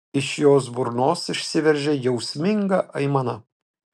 iš jos burnos išsiveržė jausminga aimana